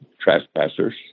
trespassers